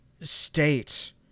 State